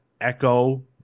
Echo